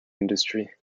industry